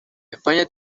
españa